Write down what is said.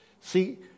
see